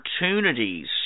opportunities